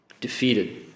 defeated